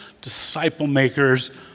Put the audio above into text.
disciple-makers